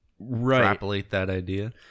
Right